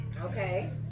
Okay